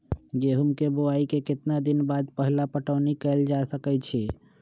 गेंहू के बोआई के केतना दिन बाद पहिला पटौनी कैल जा सकैछि?